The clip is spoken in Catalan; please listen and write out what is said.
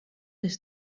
des